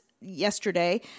yesterday